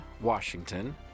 Washington